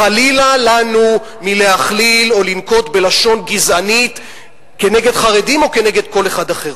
חלילה לנו מלהכליל או לנקוט לשון גזענית כנגד חרדים או כנגד כל אחד אחר.